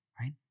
Right